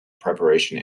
preparation